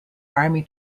army